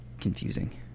confusing